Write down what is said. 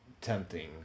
tempting